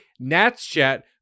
NATSCHAT